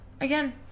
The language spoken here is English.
Again